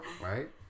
right